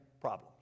problems